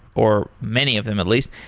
or many of them at least.